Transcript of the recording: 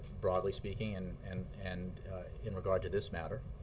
broadly speaking, and and and in regard to this matter.